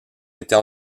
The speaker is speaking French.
était